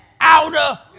outer